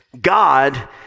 God